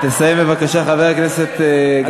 תסיים בבקשה, חבר הכנסת גפני.